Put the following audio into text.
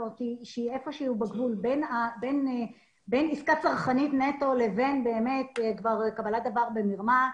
שהיא איפה שהוא בגבול בין עסקה צרכנית נטו לבין באמת קבלת דבר במרמה,